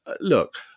look